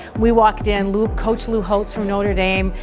we walked in, lou, coach lou holtz from notre dame,